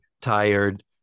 tired